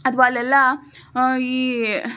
ಅಥ್ವಾ ಅಲ್ಲೆಲ್ಲ ಈ